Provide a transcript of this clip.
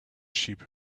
sheep